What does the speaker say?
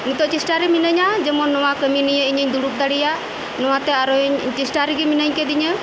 ᱱᱤᱛᱚᱜ ᱪᱮᱥᱴᱟᱨᱮ ᱢᱤᱱᱟᱹᱧᱼᱟ ᱡᱮᱢᱚᱱ ᱱᱚᱣᱟ ᱠᱟᱹᱢᱤ ᱱᱤᱭᱮ ᱤᱧᱤᱧ ᱫᱩᱲᱩᱵ ᱫᱟᱲᱮᱭᱟᱜ ᱱᱚᱣᱟ ᱨᱮᱜᱮ ᱟᱨᱚ ᱤᱧ ᱪᱮᱥᱴᱟ ᱨᱮᱜᱮ ᱢᱤᱱᱟᱹᱧ ᱟᱠᱟᱫᱤᱧᱟᱹ